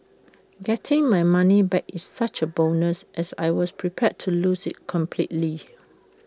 getting my money back is such A bonus as I was prepared to lose IT completely